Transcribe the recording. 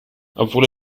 obwohl